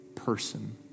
person